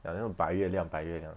like then 白月亮白月亮